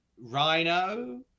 Rhino